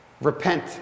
Repent